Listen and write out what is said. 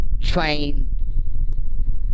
train